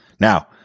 Now